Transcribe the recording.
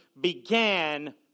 began